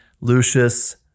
Lucius